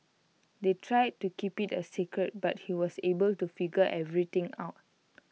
they tried to keep IT A secret but he was able to figure everything out